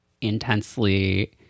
intensely